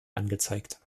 angezeigt